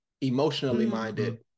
emotionally-minded